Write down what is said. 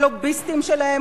הלוביסטים שלהם,